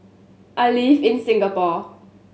I live in Singapore